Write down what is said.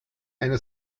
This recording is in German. eine